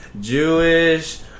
Jewish